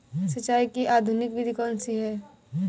सिंचाई की आधुनिक विधि कौनसी हैं?